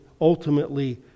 ultimately